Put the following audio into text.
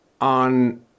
on